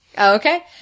Okay